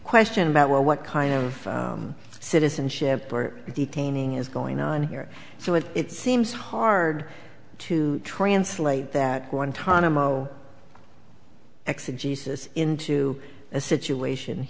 question about well what kind of citizenship for detaining is going on here so it seems hard to translate that guantanamo exit jesus into a situation